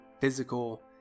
physical